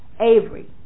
Avery